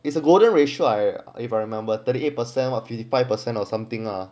it's a golden ratio I if I remember thirty eight percent of fifty five percent or something ah